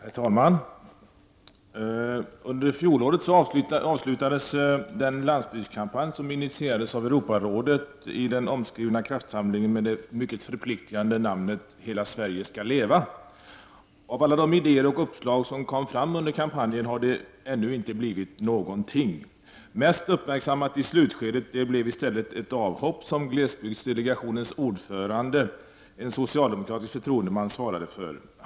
Herr talman! Under fjolåret avslutades den landsbygdskampanj som initierades av Europarådet, den omskrivna kraftsamlingen med det förpliktigande namnet ”Hela Sverige skall leva”. Av alla de idéer och uppslag som kom fram under kampanjen har det ännu inte blivit någonting. Mest uppmärksammat i slutskedet blev i stället det av hopp som glesbygdsdelegationens ordförande, en socialdemokratisk förtroendeman, svarade för.